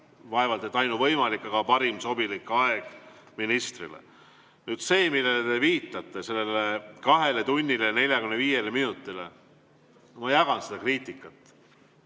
vaevalt et ainuvõimalik, aga parim sobilik aeg ministrile. Nüüd see, millele te viitate, sellele kahele tunnile ja 45 minutile – ma jagan seda kriitikat.